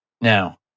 Now